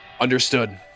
Understood